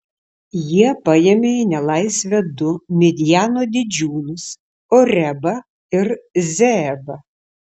jie paėmė į nelaisvę du midjano didžiūnus orebą ir zeebą